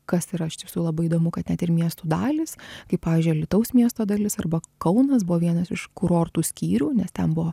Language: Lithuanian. kas yra iš tiesų labai įdomu kad net ir miestų dalys kaip pavyzdžiui alytaus miesto dalis arba kaunas buvo vienas iš kurortų skyrių nes ten buvo